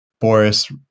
Boris